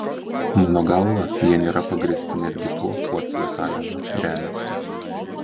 mano galva jie nėra pagrįsti netgi tuo kuo cvetajeva remiasi